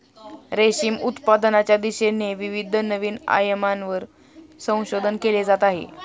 रेशीम उत्पादनाच्या दिशेने विविध नवीन आयामांवर संशोधन केले जात आहे